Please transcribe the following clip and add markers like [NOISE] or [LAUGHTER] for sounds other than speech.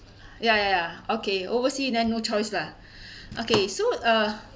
ya ya ya okay oversea then no choice lah [BREATH] okay so uh